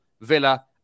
Villa